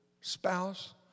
spouse